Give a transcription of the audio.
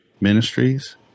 Ministries